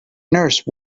nurse